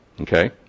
Okay